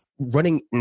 Running